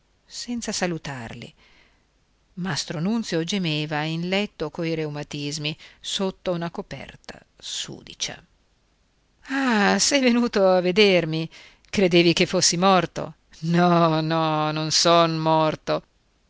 senza salutarli mastro nunzio gemeva in letto coi reumatismi sotto una coperta sudicia ah sei venuto a vedermi credevi che fossi morto no no non son morto